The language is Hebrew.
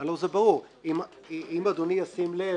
הלא זה ברור אם אדוני ישים לב,